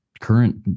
current